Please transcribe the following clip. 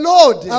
Lord